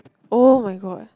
oh-my-god